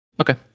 Okay